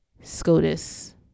SCOTUS